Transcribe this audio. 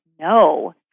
No